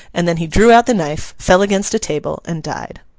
and then he drew out the knife, fell against a table, and died.